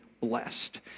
blessed